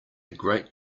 great